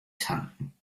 tanken